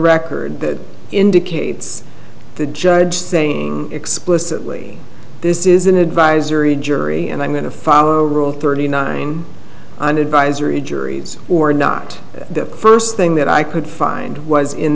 record that indicates the judge saying explicitly this is an advisory jury and i'm going to follow rule thirty nine an advisory juries or not the first thing that i could find was in